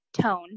tone